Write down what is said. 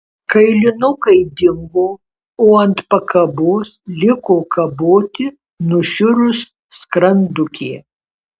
kailinukai dingo o ant pakabos liko kaboti nušiurus skrandukė